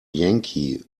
yankee